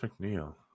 mcneil